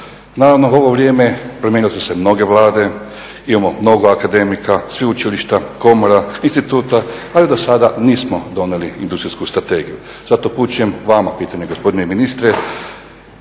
Naravno u ovo vrijeme promijenile su se mnoge Vlade, imamo mnogo akademika, sveučilišta, komora, instituta ali do sada nismo donijeli industrijsku strategiju. Zato upućujem vama pitanje gospodine ministre,